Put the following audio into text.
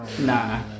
Nah